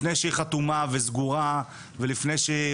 לפני שהיא חתומה וסגורה ולפני שהיא